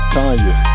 Tanya